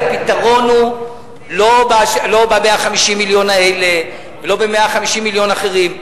הפתרון הוא לא ב-150 מיליון האלה ולא ב-150 מיליון אחרים.